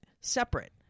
separate